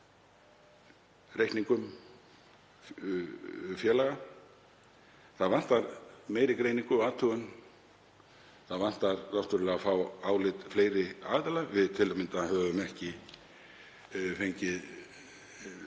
reikningum félaga. Það vantar meiri greiningu og athugun. Það vantar náttúrlega að fá álit fleiri aðila. Við höfum til að mynda ekki fengið